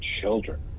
children